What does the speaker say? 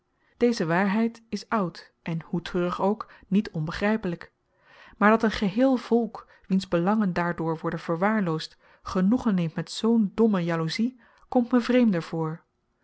deze waarheid uit is oud en hoe treurig ook niet onbegrypelyk maar dat n geheel volk wiens belangen daardoor worden verwaarlooosd genoegen neemt met zoo'n domme jalouzie komt me vreemder voor